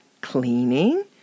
cleaning